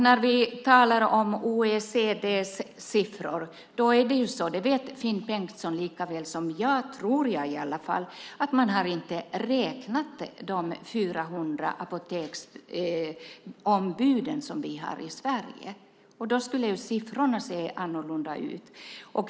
När vi talar om OECD:s siffror vet Finn Bengtsson lika väl som jag, tror jag i alla fall, att man inte räknat in de 400 apoteksombuden som vi har i Sverige. Då skulle siffrorna se annorlunda ut.